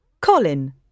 Colin